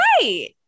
right